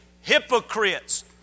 hypocrites